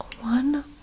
one